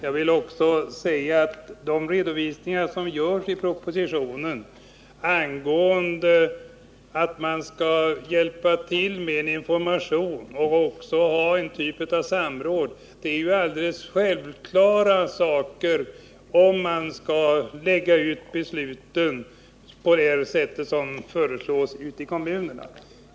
I propositionen lämnas redovisningar beträffande hjälp med information och en viss typ av samråd — något som är alldeles självklart om man skall lägga ut besluten i kommunerna på det sätt som föreslås.